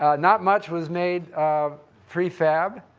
not much was made um pre-fab.